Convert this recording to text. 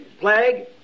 plague